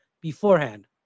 beforehand